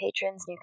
patrons